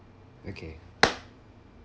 okay